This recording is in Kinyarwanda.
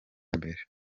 mbere